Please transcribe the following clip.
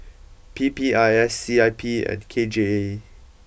P P I S C I P and K J E